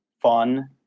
fun